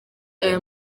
aya